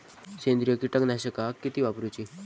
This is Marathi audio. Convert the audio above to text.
सेंद्रिय कीटकनाशका किती वापरूची?